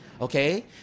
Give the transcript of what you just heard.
Okay